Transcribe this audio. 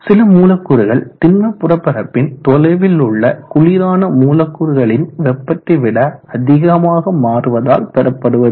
சில மூலக்கூறுகள் திண்ம புறப்பரப்பின் தொலைவில் உள்ள குளிரான மூலக்கூறுகளின் வெப்பத்தை விட அதிகமாக மாறுவதால் பெறப்படுவது